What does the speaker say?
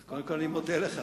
קודם כול, אני מודה לך.